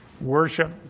worship